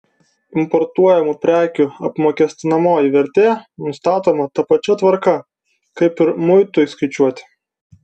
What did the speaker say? importuojamų prekių apmokestinamoji vertė nustatoma ta pačia tvarka kaip ir muitui skaičiuoti